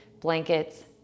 blankets